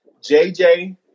JJ